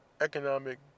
economic